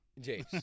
James